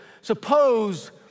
Suppose